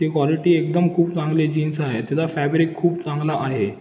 ती क्वालिटी एकदम खूप चांगली जीन्स आहे त्याचा फॅब्रिक खूप चांगला आहे